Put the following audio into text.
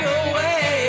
away